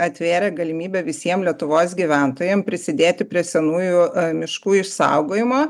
atvėrė galimybę visiem lietuvos gyventojam prisidėti prie senųjų miškų išsaugojimo